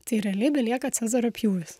tai realiai belieka cezario pjūvis